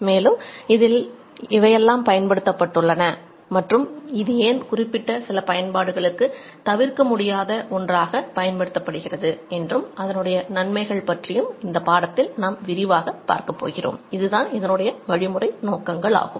மேலும் இதில் எவையெல்லாம் பயன்படுத்தப்பட்டுள்ளன மற்றும் இது ஏன் குறிப்பிட்ட சில பயன்பாடுகளுக்கு தவிர்க்க முடியாத ஒன்றாக பயன்படுத்தப்படுகிறது என்றும் அதனுடைய நன்மைகள் பற்றியும் இந்த பாடத்தில் பார்க்கலாம்